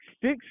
six